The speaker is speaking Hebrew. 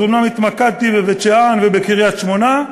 אומנם התמקדתי בבית-שאן ובקריית-שמונה,